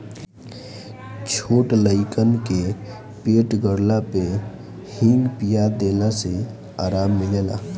छोट लइकन के पेट गड़ला पे हिंग पिया देला से आराम मिलेला